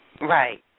Right